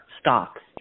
stocks